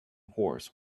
horse